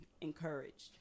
encouraged